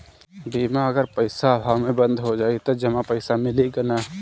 बीमा अगर पइसा अभाव में बंद हो जाई त जमा पइसा मिली कि न?